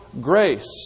grace